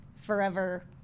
forever